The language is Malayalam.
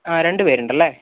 രണ്ടുപേരുണ്ടല്ലേ